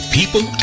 people